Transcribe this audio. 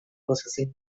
processing